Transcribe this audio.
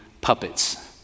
puppets